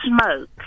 smoke